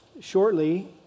shortly